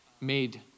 made